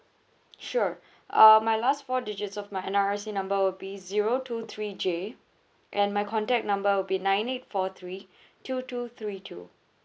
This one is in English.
sure uh my last four digits of my N_R_I_C number will be zero two three J and my contact number will be nine eight four three two two three two